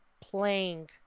playing